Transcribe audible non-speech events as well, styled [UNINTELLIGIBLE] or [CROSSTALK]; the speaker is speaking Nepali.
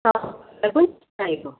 [UNINTELLIGIBLE] चाहिएको